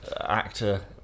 actor